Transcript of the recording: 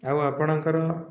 ଆଉ ଆପଣଙ୍କର